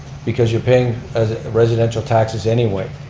because you're paying residential taxes anyway,